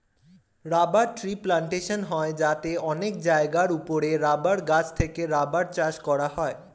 rubber tree plantation হয় যাতে অনেক জায়গার উপরে রাবার গাছ থেকে রাবার চাষ করা হয়